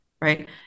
right